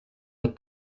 the